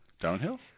Downhill